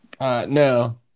No